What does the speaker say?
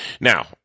Now